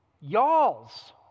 Y'alls